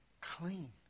clean